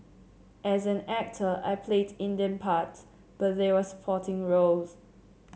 as an actor I played Indian parts but they were supporting roles